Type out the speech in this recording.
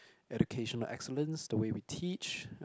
education of excellence the way we teach